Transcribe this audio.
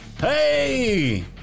Hey